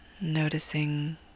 Noticing